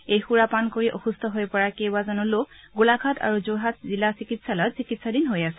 এই সুৰা পান কৰি অসুস্থ হৈ পৰা কেইবাজনো লোক গোলাঘাট আৰু যোৰহাট জিলা চিকিৎসালয়ত চিকিৎসাধীন হৈ আছে